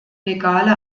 legale